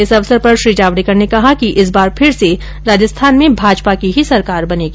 इस अवसर पर श्री जावडेकर ने कहा कि इस बार फिर से राजस्थान में भाजपा की ही सरकार बनेगी